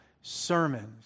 sermons